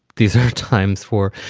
these are times for,